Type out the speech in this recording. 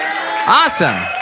Awesome